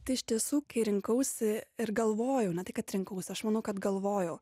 tai iš tiesų kai rinkausi ir galvojau ne tai kad rinkausi aš manau kad galvojau